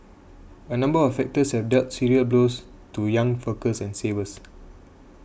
a number of factors have dealt serious blows to young workers and savers